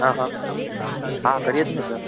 હહ હાં કરીએજ ને સર